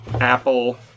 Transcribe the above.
Apple